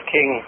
King